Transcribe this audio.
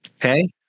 Okay